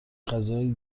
غذای